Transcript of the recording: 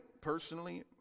personally